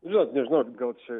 žinot nežinau gal čia